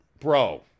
bro